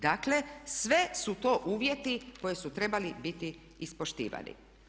Dakle sve su to uvjeti koji su trebali biti ispoštivani.